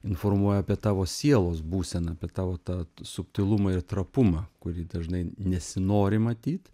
informuoja apie tavo sielos būseną apie tavo tą subtilumą ir trapumą kurį dažnai nesinori matyt